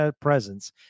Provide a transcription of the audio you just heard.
presence